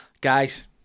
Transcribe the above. Guys